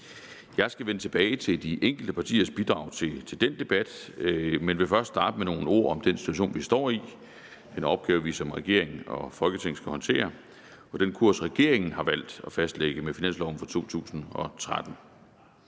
Jeg skal vende tilbage til de enkelte partiers bidrag til den debat, man vil først starte med nogle ord om den situation, vi står i; den opgave, vi som regering og Folketing skal håndtere, og den kurs, regeringen har valgt at fastlægge med finansloven for 2013.